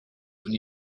when